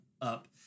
up